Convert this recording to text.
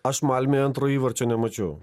aš malmėj antro įvarčio nemačiau